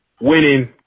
winning